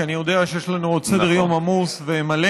כי אני יודע שיש לנו עוד סדר-יום עמוס ומלא,